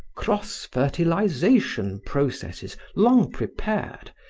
cross-fertilization processes long prepared,